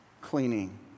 cleaning